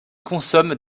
consomment